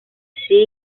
see